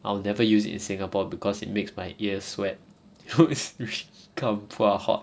I will never use in singapore because it makes my ears sweat kumpua hot